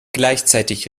gleichzeitig